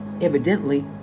Evidently